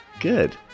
good